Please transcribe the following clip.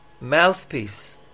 mouthpiece